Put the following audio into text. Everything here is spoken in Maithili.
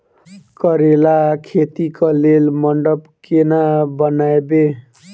करेला खेती कऽ लेल मंडप केना बनैबे?